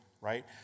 right